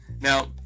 Now